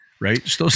Right